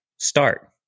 start